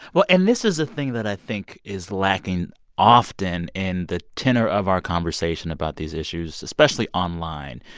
well, and this is the thing that i think is lacking often in the tenor of our conversation about these issues, especially online.